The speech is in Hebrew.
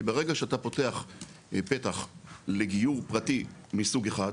כי ברגע שאתה פותח פתח לגיור פרטי מסוג אחד,